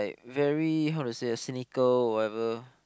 very how to say ah cynical or whatever